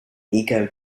eco